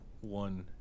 one